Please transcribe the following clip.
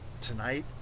tonight